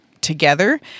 together